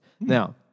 Now